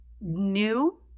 new